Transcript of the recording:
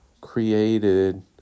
created